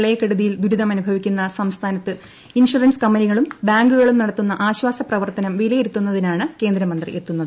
പ്രളയക്കെടുതിയിൽ ദുരിതമനുഭവിക്കുന്ന സംസ്ഥാനത്ത് ഇൻഷറൻസ് കമ്പനികളും ബാങ്കുകളും നടത്തുന്ന ആശ്വാസ പ്രവർത്തനം വിലയിരുത്തുന്നിതിനായാണ് കേന്ദ്രമന്ത്രി എത്തുന്നത്